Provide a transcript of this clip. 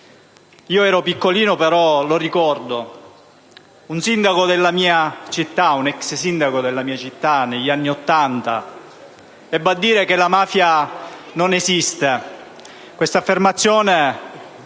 Ero piccolino, però lo ricordo: un ex sindaco della mia città, negli anni '80, ebbe a dire: «La mafia non esiste».